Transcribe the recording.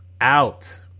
out